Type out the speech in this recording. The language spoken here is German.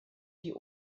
die